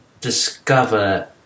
discover